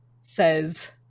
says